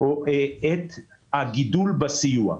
את הגידול בסיוע.